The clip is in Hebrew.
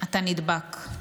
אתה נדבק.